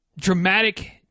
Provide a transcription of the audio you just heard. dramatic